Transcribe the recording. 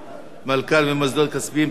על מלכ"רים ומוסדות כספיים) (תיקון),